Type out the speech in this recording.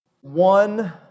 one